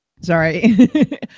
Sorry